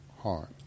heart